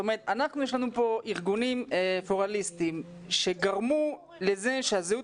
יש לנו פה ארגונים פלורליסטים שגרמו לזה שהזהות